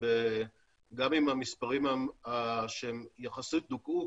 גם עם המספרים שהם יחסית דוכאו,